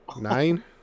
Nine